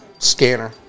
Scanner